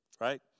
right